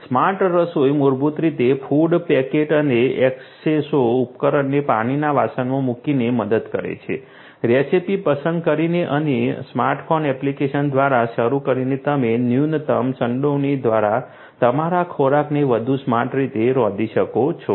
smart રસોઈ મૂળભૂત રીતે ફૂડ પેકેટ અને એસ્કેસો ઉપકરણને પાણીના વાસણમાં મૂકીને મદદ કરે છે રેસીપી પસંદ કરીને અને સ્માર્ટફોન એપ્લિકેશન દ્વારા શરૂ કરીને તમે ન્યૂનતમ સંડોવણી દ્વારા તમારા ખોરાકને વધુ સ્માર્ટ રીતે રાંધી શકો છો